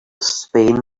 spain